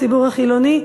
הציבור החילוני,